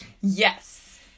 Yes